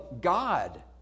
God